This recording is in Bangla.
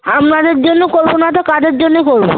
আপনাদের জন্য করবো না তো কাদের জন্যে করবো